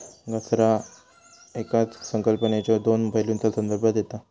घसारा येकाच संकल्पनेच्यो दोन पैलूंचा संदर्भ देता